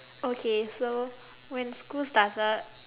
okay so when school started